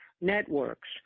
networks